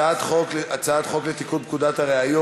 אנחנו עוברים להמשך סדר-היום: הצעת חוק לתיקון פקודת הראיות